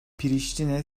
priştine